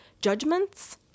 Judgments